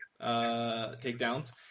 takedowns